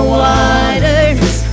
waters